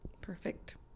perfect